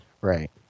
Right